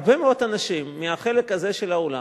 הרבה מאוד אנשים מהחלק הזה של האולם,